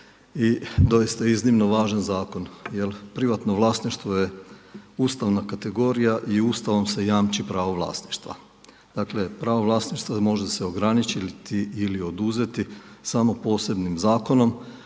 i doista iznimno važan zakon jer privatno vlasništvo je ustavna kategorija i Ustavom se jamči pravo vlasništva. Dakle, pravo vlasništva se može ograničiti ili oduzeti samo posebnim zakonom